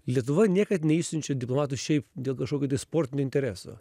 lietuva niekad neišsiunčia diplomatų šiaip dėl kažkokio tai sportinio intereso